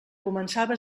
començava